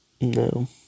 No